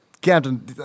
captain